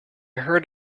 heard